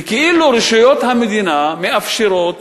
וכאילו רשויות המדינה מאפשרות,